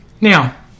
Now